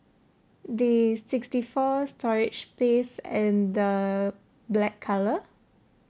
the sixty four storage space and the black colour